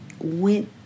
went